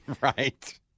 Right